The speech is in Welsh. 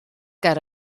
ger